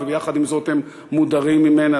ויחד עם זאת הם מודרים ממנה,